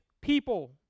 people